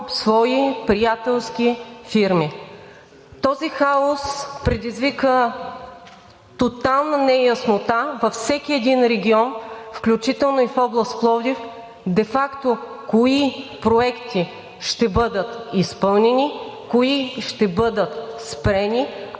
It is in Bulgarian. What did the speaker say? свои приятелски фирми. Този хаос предизвика тотална неяснота във всеки един регион, включително и в област Пловдив. Де факто кои проекти ще бъдат изпълнени, кои ще бъдат спрени,